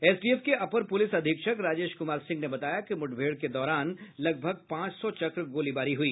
STF के अपर पुलिस अधीक्षक राजेश कुमार सिंह ने बताया कि मुठभेड़ के दौरान लगभग पांच सौ चक्र गोलीबारी हुई